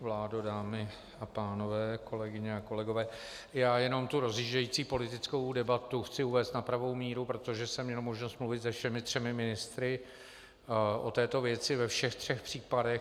Vládo, dámy a pánové, kolegyně a kolegové, já jenom tu rozjíždějící politickou debatu chci uvést na pravou míru, protože jsem měl možnost mluvit se všemi třemi ministry o této věci ve všech třech případech.